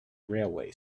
railway